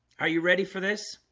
are you ready for this?